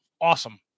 awesome